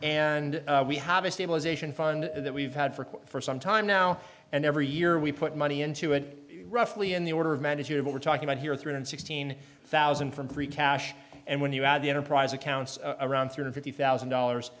and we have a stabilization fund that we've had for quite some time now and every year we put money into it roughly in the order of magnitude of what we're talking about here three hundred sixteen thousand from free cash and when you add the enterprise accounts around three hundred fifty thousand dollars